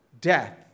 Death